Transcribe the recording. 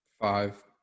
Five